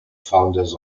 founders